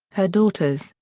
her daughters,